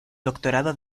doctorado